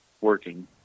working